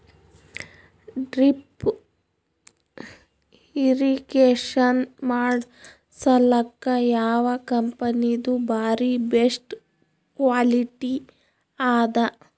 Drip irrigation ಮಾಡಸಲಕ್ಕ ಯಾವ ಕಂಪನಿದು ಬಾರಿ ಬೆಸ್ಟ್ ಕ್ವಾಲಿಟಿ ಅದ?